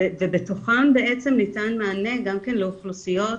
ובתוכם בעצם ניתן מענה גם כן לאוכלוסיות